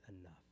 enough